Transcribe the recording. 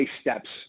steps